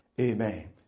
amen